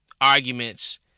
arguments